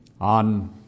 on